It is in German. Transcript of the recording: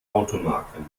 automarken